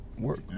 Work